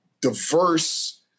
diverse